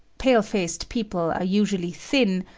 pale-faced people are usually thin,